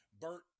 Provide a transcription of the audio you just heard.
Bert